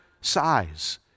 size